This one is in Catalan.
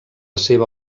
seva